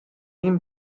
name